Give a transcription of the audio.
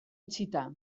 itxita